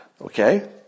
Okay